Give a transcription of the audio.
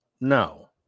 No